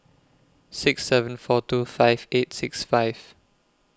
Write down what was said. six seven four two five eight six five